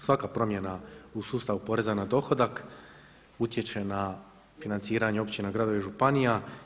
Svaka promjena u sustavu poreza na dohodak utječe na financiranje općina, gradova i županija.